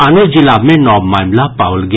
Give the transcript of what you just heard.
आनो जिला मे नव मामिला पाओल गेल